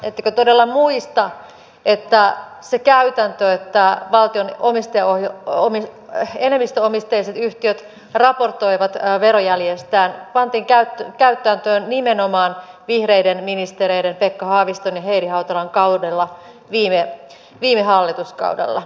ettekö todella muista että se käytäntö että valtion enemmistöomisteiset yhtiöt raportoivat verojäljestään pantiin täytäntöön nimenomaan vihreiden ministereiden pekka haaviston ja heidi hautalan kaudella viime hallituskaudella